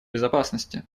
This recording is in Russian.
безопасности